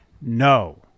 no